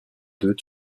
deux